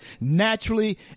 naturally